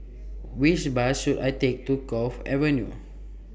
Which Bus should I Take to Cove Avenue